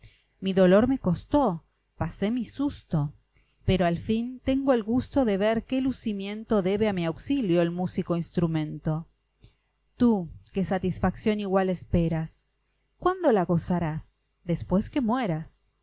mi dolor me costó pasé mi susto pero al fin tengo el gusto de ver qué lucimiento debe a mi auxilio el músico instrumento tú que satisfacción igual esperas cuándo la gozarás después que mueras